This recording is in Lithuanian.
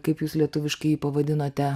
kaip jūs lietuviškai jį pavadinote